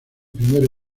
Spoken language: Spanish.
primero